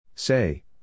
Say